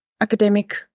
academic